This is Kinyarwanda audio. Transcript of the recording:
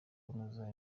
kunoza